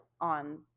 on